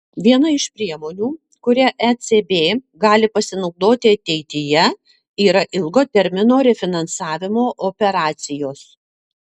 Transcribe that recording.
viena iš priemonių kuria ecb gali pasinaudoti ateityje yra ilgo termino refinansavimo operacijos